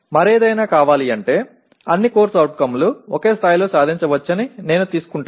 మరేదైనా కావాలంటే అన్ని CO లు ఒకే స్థాయిలో సాధించవచ్చని నేను తీసుకుంటాను